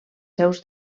seus